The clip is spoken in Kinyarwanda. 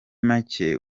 macye